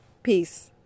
Peace